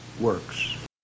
works